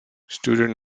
student